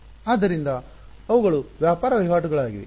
ಆದ್ದರಿಂದ ಅವುಗಳು ವ್ಯಾಪಾರ ವಹಿವಾಟುಗಳಾಗಿವೆ